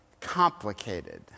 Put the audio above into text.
complicated